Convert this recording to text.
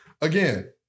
Again